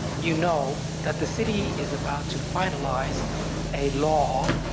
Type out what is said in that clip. you know that the city is about to finalize a law,